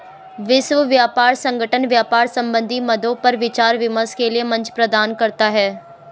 विश्व व्यापार संगठन व्यापार संबंधी मद्दों पर विचार विमर्श के लिये मंच प्रदान करता है